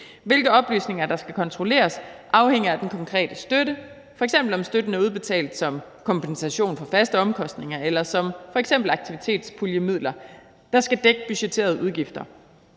Hvilke oplysninger der skal kontrolleres, afhænger af den konkrete støtte, f.eks. om støtten er udbetalt som kompensation for faste omkostninger eller som f.eks. aktivitetspuljemidler, der skal dække budgetterede udgifter.